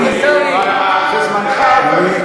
זמנך עבר.